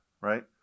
Right